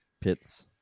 pits